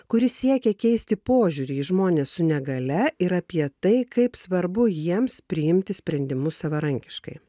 kuri siekia keisti požiūrį į žmones su negalia ir apie tai kaip svarbu jiems priimti sprendimus savarankiškai